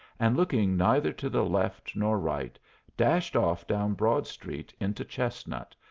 and looking neither to the left nor right dashed off down broad street into chestnut,